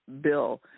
bill